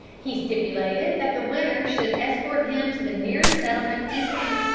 he stipulated that the winner should escort him to the nearest settlement eastward,